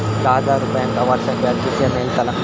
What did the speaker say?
दहा हजार रुपयांक वर्षाक व्याज कितक्या मेलताला?